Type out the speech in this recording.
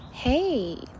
Hey